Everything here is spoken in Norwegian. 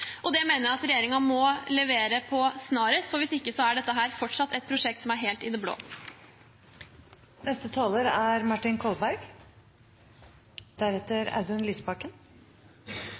og det mener jeg regjeringen må levere på snarest, for hvis ikke er dette fortsatt et prosjekt som er helt i det blå.